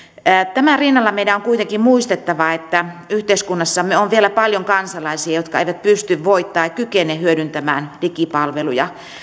tämän rinnalla meidän on kuitenkin muistettava että yhteiskunnassamme on vielä paljon kansalaisia jotka eivät pysty tai kykene hyödyntämään digipalveluja